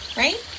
right